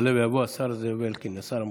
יעלה ויבוא השר זאב אלקין, השר המקשר.